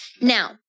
Now